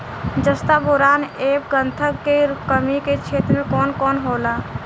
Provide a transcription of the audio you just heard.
जस्ता बोरान ऐब गंधक के कमी के क्षेत्र कौन कौनहोला?